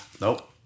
nope